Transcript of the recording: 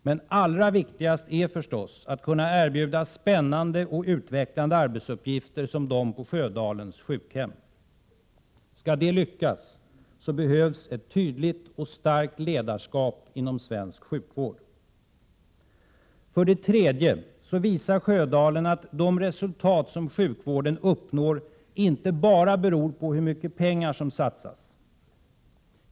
Men allra viktigast är förstås att kunna erbjuda spännande och utvecklande arbetsuppgifter som de på Sjödalens sjukhem. Skall det lyckas, behövs ett tydligt och starkt ledarskap inom svensk sjukvård. För det tredje visar Sjödalen att de resultat som sjukvården uppnått inte bara beror på hur mycket pengar som satsas.